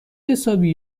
حسابی